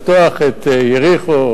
לפתוח את יריחו,